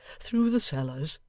through the cellars,